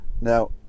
now